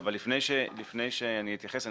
אבל לפני שאני אתייחס,